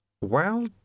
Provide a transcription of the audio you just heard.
Well